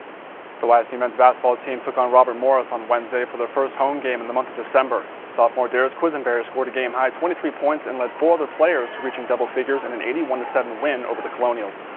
the ysu men's basketball team took on robert morris on wednesday for their first home game in the month of december. sophomore darius quisenberry scored a game high twenty three points and led four other players reaching double figures in an eighty one seventy win over the colonials.